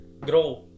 grow